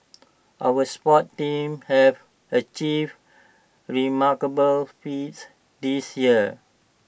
our sports teams have achieved remarkable feats this year